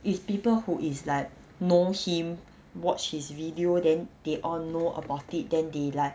it's people who is like know him watch his video then they all know about it then they like